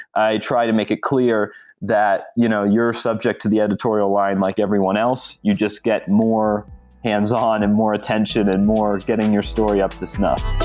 i try to make it clear that you know you're subject to the editorial line like everyone else, you just get more hands-on and more attention and more getting your story up to snuff